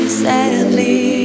sadly